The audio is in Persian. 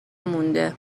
مونده